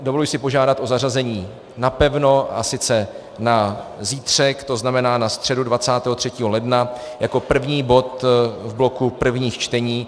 Dovoluji si požádat o zařazení napevno, a sice na zítřek, to znamená na středu 23. ledna, jako první bod v bloku prvních čtení.